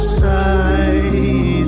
side